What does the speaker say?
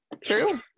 True